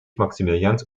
maximilians